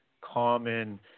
common